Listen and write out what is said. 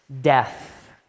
death